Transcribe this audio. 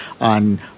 on